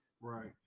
Right